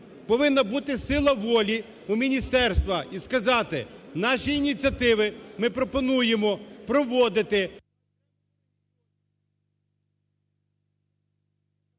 Повинна бути сила волі у міністерства сказати: "Наші ініціативи, ми пропонуємо проводити…"